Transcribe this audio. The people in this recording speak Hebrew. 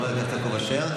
חבר הכנסת יעקב אשר,